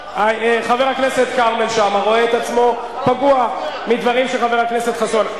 חבר הכנסת כרמל שאמה רואה את עצמו פגוע מדברים של חבר הכנסת חסון.